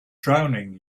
drowning